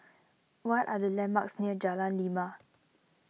what are the landmarks near Jalan Lima